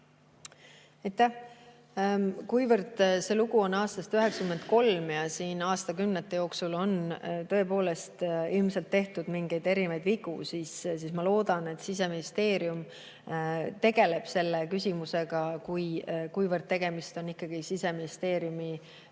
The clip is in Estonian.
Kuivõrd see lugu on pärit aastast 1993 ja aastakümnete jooksul on tõepoolest ilmselt tehtud erinevaid vigu, siis ma loodan, et Siseministeerium tegeleb selle küsimusega, sest tegemist on Siseministeeriumi